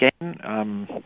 again